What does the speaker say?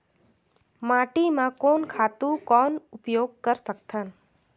माटी म कोन खातु कौन उपयोग कर सकथन?